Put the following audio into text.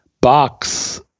box